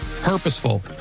purposeful